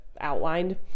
outlined